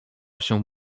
się